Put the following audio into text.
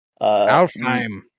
Alfheim